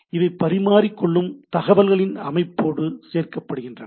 இவை பறிமாறிக்கொள்ளும் தகவல்களின் அமைப்போடு சேர்க்கப்படுகின்றன